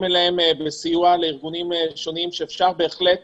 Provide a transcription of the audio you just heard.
אליהם בסיוע לארגונים שונים שאפשר בהחלט